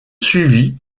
suivit